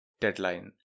deadline